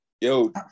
Yo